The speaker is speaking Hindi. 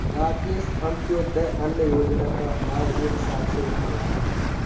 राकेश अंत्योदय अन्न योजना का लाभ एक साल से उठा रहा है